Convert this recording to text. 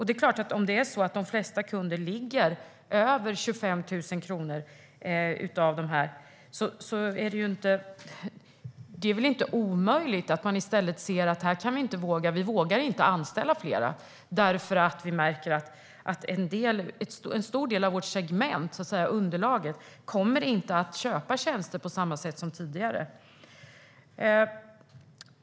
Det är klart att om de flesta kunder ligger över 25 000 kronor är det inte omöjligt att företagen inte vågar anställa fler eftersom de märker att en stor del av kundunderlaget inte kommer att köpa tjänster på samma sätt som tidigare.